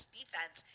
defense